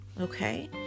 okay